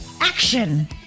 action